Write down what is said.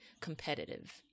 competitive